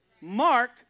Mark